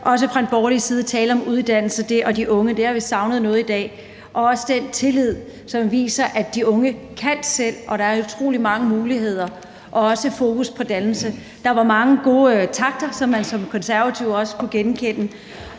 at høre, at der bliver talt om uddannelse og de unge, for det har vi savnet noget i dag. Det gælder også, at der bliver talt om den tillid, som viser, at de unge kan selv, og at der er utrolig mange muligheder og også fokus på dannelse. Der var mange gode takter, som man som konservativ også kunne genkende,